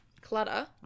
Clutter